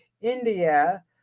India